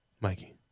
Mikey